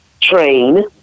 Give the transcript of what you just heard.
train